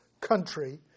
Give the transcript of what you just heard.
country